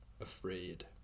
afraid